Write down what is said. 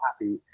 happy